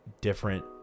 different